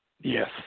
Yes